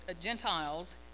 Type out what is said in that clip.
Gentiles